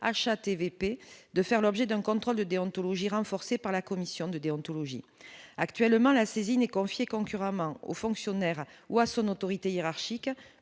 HATVP de faire l'objet d'un contrôle de déontologie, renforcée par la commission de déontologie actuellement la saisine et confié concurremment aux fonctionnaires ou à son autorité hiérarchique,